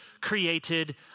created